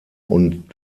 und